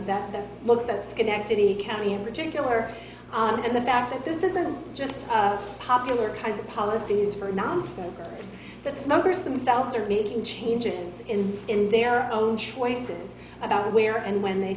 that that looks at schenectady county in particular and the fact that this isn't just a popular kind of policies for nonsmokers that smokers themselves are meeting changes in in their own choices about where and when they